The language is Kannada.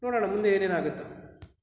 ನೋಡೋಣ ಮುಂದೆ ಏನೇನಾಗುತ್ತೋ